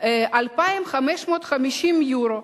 2,550 יורו.